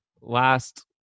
Last